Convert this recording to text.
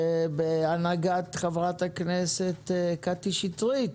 שבהנהגת חברת הכנסת קטי שטרית.